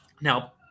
Now